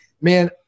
man